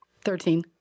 Thirteen